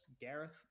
Gareth